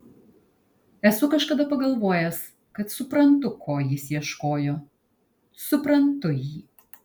esu kažkada pagalvojęs kad suprantu ko jis ieškojo suprantu jį